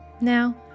Now